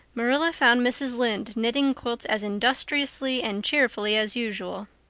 marilla found mrs. lynde knitting quilts as industriously and cheerfully as usual.